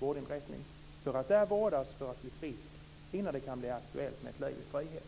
vårdinrättning för att där vårdas för att bli frisk innan det kan bli aktuellt med ett liv i frihet.